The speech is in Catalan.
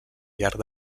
llarg